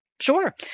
Sure